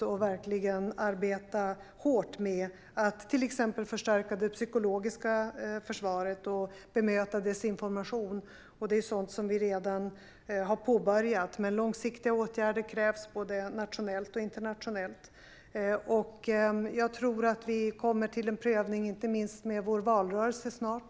Vi behöver verkligen arbeta hårt med att till exempel förstärka det psykologiska försvaret och bemöta desinformation. Det är sådant som vi redan har påbörjat. Men långsiktiga åtgärder krävs, både nationellt och internationellt. Jag tror att vi kommer till en prövning, inte minst i och med vår valrörelse snart.